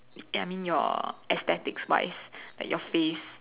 I mean your aesthetics wise like your face